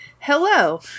hello